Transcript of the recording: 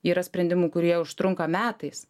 yra sprendimų kurie užtrunka metais